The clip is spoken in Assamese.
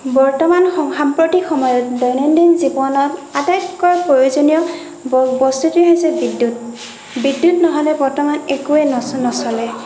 বৰ্তমান সাম্প্ৰতিক সময়ত মানুহৰ জীৱনত আটাইতকৈ প্ৰয়োজনীয় বস্তুটোৱেই হৈছে বিদ্যুত বিদ্যুত নহ'লে বৰ্তমান একোৱেই নচলে